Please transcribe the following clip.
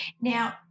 Now